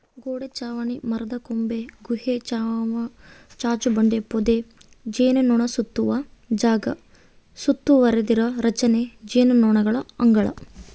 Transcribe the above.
ಗೋಡೆ ಚಾವಣಿ ಮರದಕೊಂಬೆ ಗುಹೆ ಚಾಚುಬಂಡೆ ಪೊದೆ ಜೇನುನೊಣಸುತ್ತುವ ಜಾಗ ಸುತ್ತುವರಿದ ರಚನೆ ಜೇನುನೊಣಗಳ ಅಂಗಳ